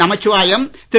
Namachivayam Thiru